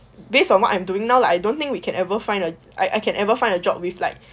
based on what I'm doing now lah I don't think we can ever find uh I I can ever find a job with like